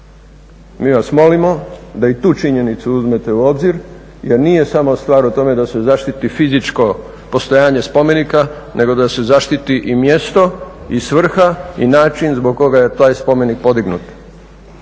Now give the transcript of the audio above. Mi vas molimo da i tu činjenicu uzmete u obzir jer nije samo stvar o tome da se zaštiti fizičko postojanje spomenika nego da se zaštiti i mjesto i svrha i način zbog koga je taj spomenik podignut.